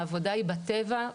העבודה היא בטבע,